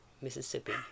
Mississippi